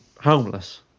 homeless